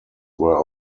were